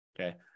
Okay